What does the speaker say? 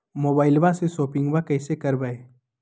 मोबाइलबा से शोपिंग्बा कैसे करबै?